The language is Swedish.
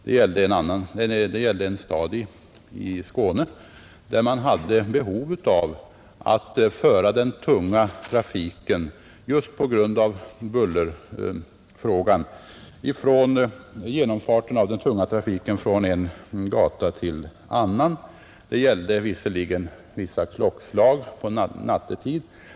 Det gäller en stad i Skåne, där man just på grund av bullerfrågan hade ett behov av att föra genomfarten av den tunga trafiken från en gata till en annan. Det gällde visserligen vissa klockslag nattetid.